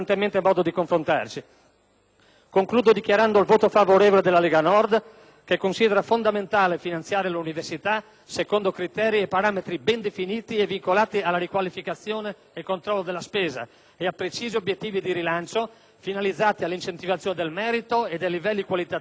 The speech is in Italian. Concludo dichiarando il voto favorevole della Lega Nord, che considera fondamentale finanziare l'università secondo criteri e parametri ben definiti e vincolati alla riqualificazione e al controllo della spesa e a precisi obiettivi di rilancio, finalizzati all'incentivazione del merito e dei livelli qualitativi della formazione e della ricerca.